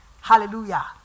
Hallelujah